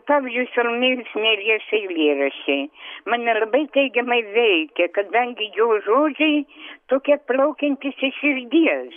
pavyzdžiui salomėjos nėries eilėraščiai mane labai teigiamai veikia kadangi jos žodžiai tokie plaukiantys iš širdies